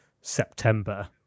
September